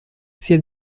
sia